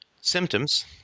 symptoms